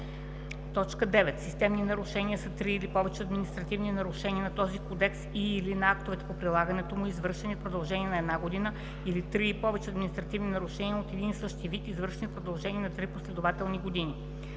така: „9. „Системни нарушения” са три или повече административни нарушения на този кодекс и/или на актовете по прилагането му, извършени в продължение на една година, или три и повече административни нарушения от един и същ вид, извършени в продължение на три последователни години.”